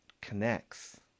connects